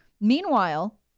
Meanwhile